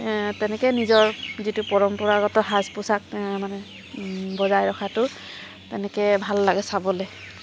তেনেকৈ নিজৰ যিটো পৰম্পৰাগত সাজ পোচাক মানে বজাই ৰখাটো তেনেকৈ ভাল লাগে চাবলৈ